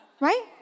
Right